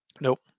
Nope